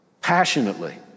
passionately